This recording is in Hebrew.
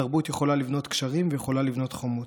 תרבות יכולה לבנות גשרים ויכולה לבנות חומות.